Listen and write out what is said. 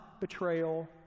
betrayal